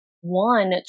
one